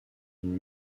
une